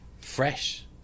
fresh